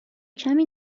کمی